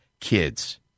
kids